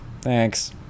thanks